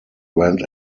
went